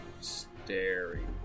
Staring